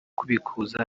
kubikuza